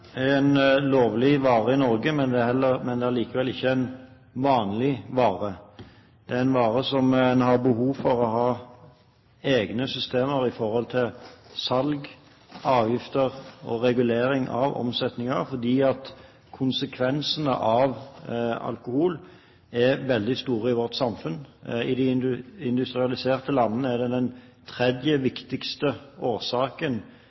en lovlig vare i Norge, men det er likevel ikke en vanlig vare. Det er en vare som en har behov for å ha egne systemer for når det gjelder salg, avgifter og regulering av omsetning, fordi konsekvensene av alkohol er veldig store i vårt samfunn. I de industrialiserte landene er det den tredje viktigste årsaken